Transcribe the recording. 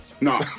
No